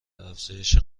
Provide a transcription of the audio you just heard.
افزایش